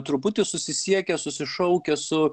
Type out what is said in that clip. truputį susisiekia susišaukia su